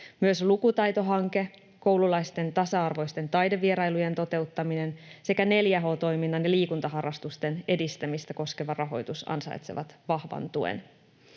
Myös lukutaitohanke, koululaisten tasa-arvoisten taidevierailujen toteuttaminen sekä 4H-toiminnan ja liikuntaharrastusten edistämistä koskeva rahoitus ansaitsevat vahvan tuen.